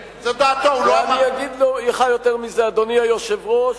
ואני אגיד לך יותר מזה, אדוני היושב-ראש: